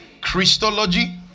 Christology